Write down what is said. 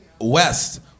West